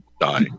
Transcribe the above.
die